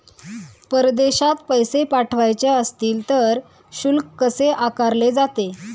परदेशात पैसे पाठवायचे असतील तर शुल्क कसे आकारले जाते?